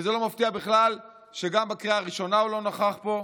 וזה לא מפתיע בכלל שגם בקריאה הראשונה הוא לא נכח פה,